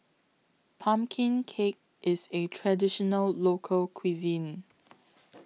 Pumpkin Cake IS A Traditional Local Cuisine